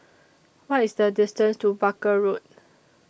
What IS The distance to Barker Road